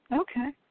okay